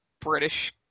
British